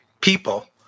people